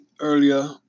earlier